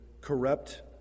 corrupt